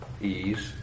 ease